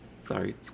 Sorry